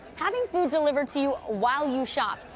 having food delivered to you while you shop.